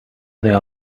their